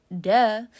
Duh